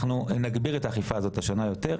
אנחנו נגביר את האכיפה הזאת השנה יותר,